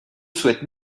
souhaite